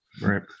Right